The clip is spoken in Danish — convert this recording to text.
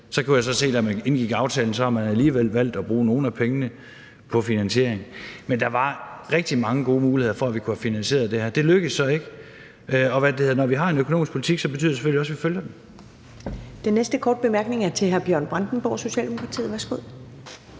Så kunne vi så se, at man, da man indgik aftalen, alligevel har valgt at bruge nogle af pengene på finansiering. Men der var rigtig mange gode muligheder for, at vi kunne have finansieret det her. Det lykkedes så ikke, og når vi har en økonomisk politik, betyder det selvfølgelig også, at vi følger den.